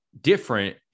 different